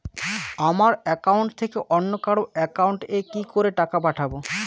আমার একাউন্ট থেকে অন্য কারো একাউন্ট এ কি করে টাকা পাঠাবো?